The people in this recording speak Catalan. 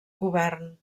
govern